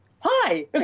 hi